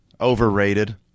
Overrated